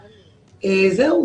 זהו,